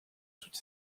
toutes